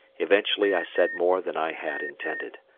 eventually i said more than i had intended.